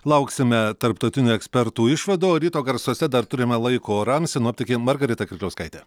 lauksime tarptautinių ekspertų išvadų o ryto garsuose dar turime laiko orams sinoptikė margarita kirkliauskaitė